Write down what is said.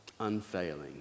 unfailing